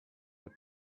but